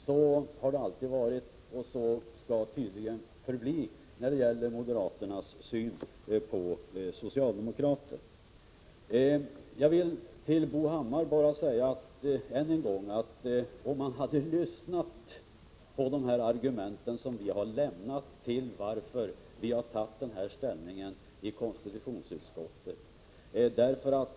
Så har det alltid varit, och så skall det tydligen förbli när det gäller moderaternas syn på socialdemokrater. Sedan vill jag säga än en gång till Bo Hammar att det hade varit bra om han hade lyssnat till våra argument för det ställningstagande vi har gjort i konstitutionsutskottet.